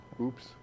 Oops